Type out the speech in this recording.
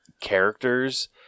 characters